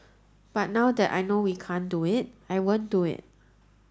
but now that I know we can't do it I won't do it